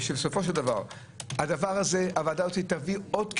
בסופו של דבר הוועדה הזאת תביא עוד קיטוב,